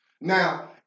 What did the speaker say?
Now